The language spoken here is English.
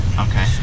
Okay